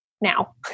now